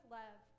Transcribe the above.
love